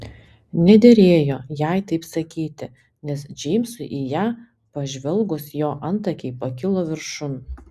nederėjo jai taip sakyti nes džeimsui į ją pažvelgus jo antakiai pakilo viršun